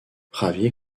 javier